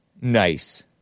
Nice